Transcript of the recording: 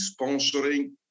sponsoring